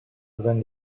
when